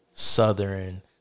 Southern